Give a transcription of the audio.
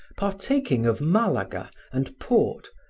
partaking of malaga and port,